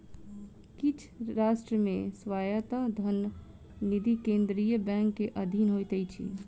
किछ राष्ट्र मे स्वायत्त धन निधि केंद्रीय बैंक के अधीन होइत अछि